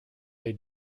they